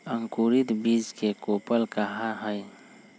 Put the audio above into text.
अंकुरित बीज के कोपल कहा हई